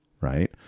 right